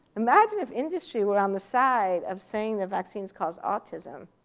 imagine if industry were on the side of saying that vaccines cause autism.